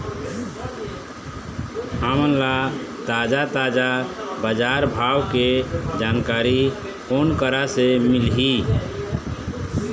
हमन ला ताजा ताजा बजार भाव के जानकारी कोन करा से मिलही?